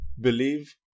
believe